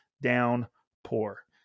downpour